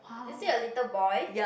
you see a little boy